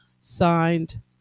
signed